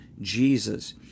jesus